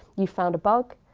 you found a bug,